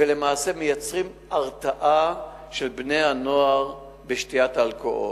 ולמעשה מייצרים הרתעה של בני-הנוער בשתיית אלכוהול.